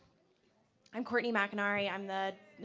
i'm cortney mceniry, i'm the,